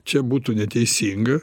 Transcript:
čia būtų neteisinga